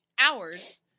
hours